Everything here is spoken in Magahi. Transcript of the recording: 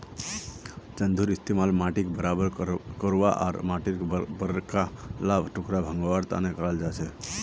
चंघूर इस्तमाल माटीक बराबर करवा आर माटीर बड़का ला टुकड़ा भंगवार तने कराल जाछेक